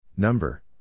Number